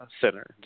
center